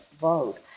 vote